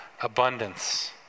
abundance